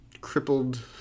crippled